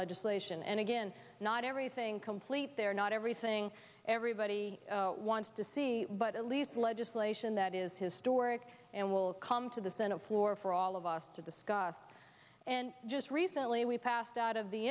legislation and again not everything complete they're not everything everybody wants to see but at least legislation that is historic and will come to the senate floor for all of us to discuss and just recently we passed out of the